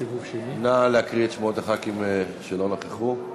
נא להקריא את שמות חברי הכנסת שלא נכחו.